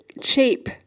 cheap